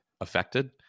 affected